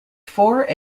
four